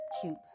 cute